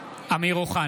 (קורא בשמות חברי הכנסת) אמיר אוחנה,